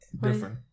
Different